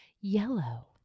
yellow